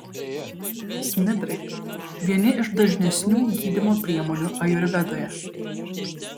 smidrai vieni iš dažnesnių gydymo priemonių ajurvedoje